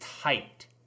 tight